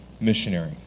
missionary